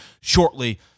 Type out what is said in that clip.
shortly